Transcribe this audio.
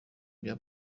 bya